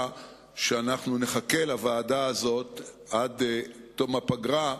שאנחנו נחכה לוועדה הזאת עד תום הפגרה.